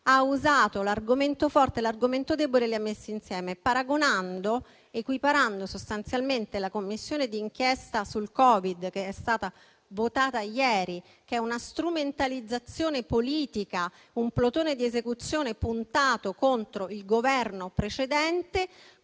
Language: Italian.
ha usato l'argomento forte, l'argomento debole e li ha messi insieme equiparando sostanzialmente la Commissione d'inchiesta sul Covid che è stata votata ieri, che è una strumentalizzazione politica, un plotone di esecuzione puntato contro il Governo precedente,